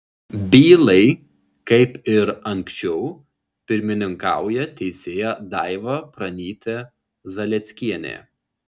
bylai kaip ir anksčiau pirmininkauja teisėja daiva pranytė zalieckienė